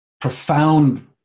profound